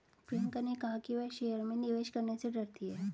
प्रियंका ने कहा कि वह शेयर में निवेश करने से डरती है